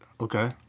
Okay